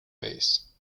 base